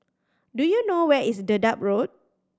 do you know where is Dedap Road